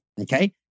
Okay